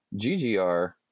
GGR